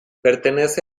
pertenece